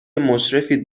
مشرفید